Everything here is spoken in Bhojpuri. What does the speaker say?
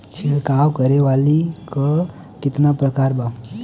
छिड़काव करे वाली क कितना प्रकार बा?